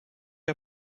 are